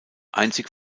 einzig